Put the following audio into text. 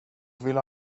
vill